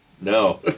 No